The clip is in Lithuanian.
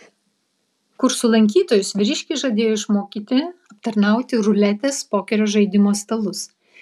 kursų lankytojus vyriškis žadėjo išmokyti aptarnauti ruletės pokerio žaidimo stalus